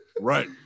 Right